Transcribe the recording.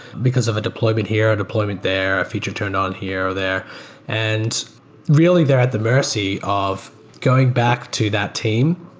because of a deployment here, deployment there, a feature turned on here or there and really, they're at the mercy of going back to that team,